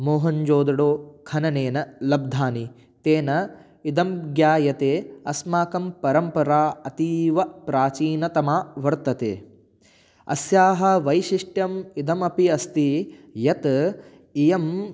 मोहन्जोदडो खननेन लब्धानि तेन इदं ज्ञायते अस्माकं परम्परा अतीवप्राचीनतमा वर्तते अस्याः वैशिष्ट्यम् इदमपि अस्ति यत् इयं